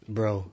Bro